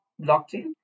blockchain